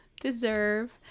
deserve